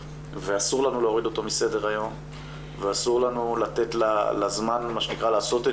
ואסור לנו להוריד אותו מסדר היום ואסור לנו לתת לזמן מה שנקרא לעשות את